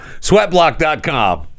Sweatblock.com